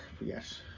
Yes